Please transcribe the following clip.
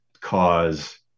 cause